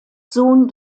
sohn